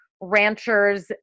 ranchers